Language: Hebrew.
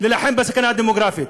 להילחם בסכנה הדמוגרפית.